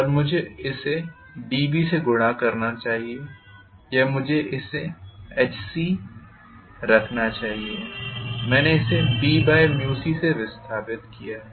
और मुझे इसे dB से गुणा करना चाहिए या मुझे इसे Hc रखना चाहिए लेकिन मैंने इसे Bc से विस्थापित किया है